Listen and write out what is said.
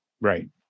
Right